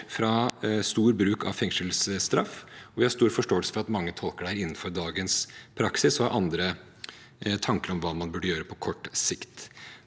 fra stor bruk av fengselsstraff. Vi har stor forståelse for at mange tolker dette innenfor dagens praksis og har andre tanker om hva man burde gjøre på kort sikt.